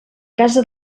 casa